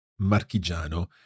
marchigiano